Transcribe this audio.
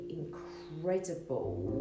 incredible